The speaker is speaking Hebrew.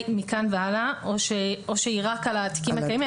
מכאן והלאה או שהיא רק על התיקים הקיימים.